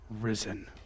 risen